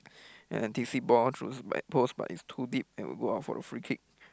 and ball throws back post but is too deep and will go out for a free kick